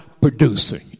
producing